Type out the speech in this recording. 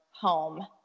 home